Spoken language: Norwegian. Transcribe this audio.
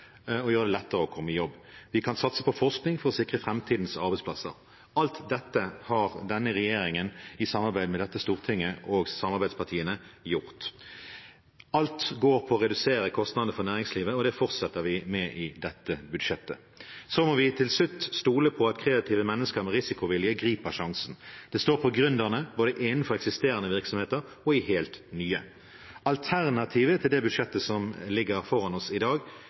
og gjøre det lettere å komme i jobb. Vi kan satse på forskning for å sikre framtidens arbeidsplasser. Alt dette har denne regjeringen i samarbeid med dette stortinget og samarbeidspartiene gjort. Alt går på å redusere kostnadene for næringslivet, og det fortsetter vi med i dette budsjettet. Så må vi til slutt stole på at kreative mennesker med risikovilje griper sjansen. Det står på gründerne både innenfor eksisterende virksomheter og i helt nye. Alternativet til det budsjettet som ligger foran oss i dag,